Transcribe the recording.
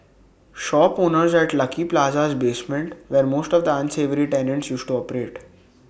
shop owners at lucky Plaza's basement where most of the unsavoury tenants used to operate